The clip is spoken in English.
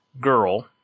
girl